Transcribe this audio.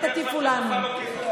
אל תטיפו לנו,